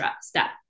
step